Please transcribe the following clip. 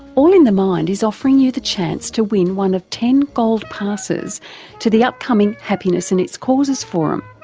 all in the mind is offering you the chance to win one of ten gold passes to the upcoming happiness and its causes forum.